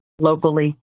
locally